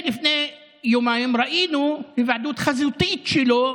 לפני יומיים ראינו היוועדות חזותית שלו,